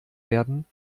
werden